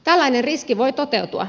tällainen riski voi toteutua